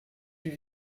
fût